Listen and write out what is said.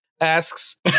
asks